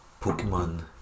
Pokemon